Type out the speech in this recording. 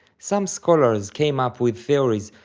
some scholars came up with theories,